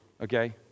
Okay